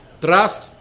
Trust